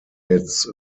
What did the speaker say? its